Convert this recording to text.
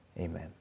amen